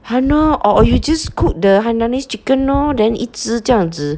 !hannor! or or you just cook the hainanese chicken orh then 一直这样子